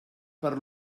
per